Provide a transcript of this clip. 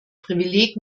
privileg